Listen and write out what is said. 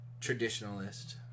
traditionalist